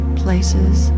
places